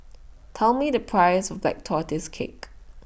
Tell Me The Price of Black Tortoise Cake